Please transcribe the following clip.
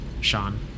sean